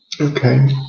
Okay